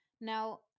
Now